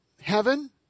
heaven